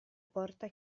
porta